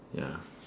ya